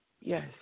Yes